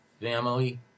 family